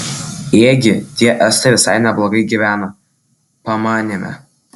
ėgi tie estai visai neblogai gyvena pamanėme